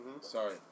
Sorry